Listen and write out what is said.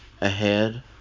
ahead